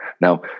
Now